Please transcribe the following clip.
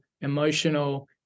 emotional